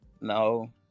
No